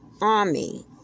army